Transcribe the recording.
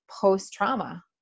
post-trauma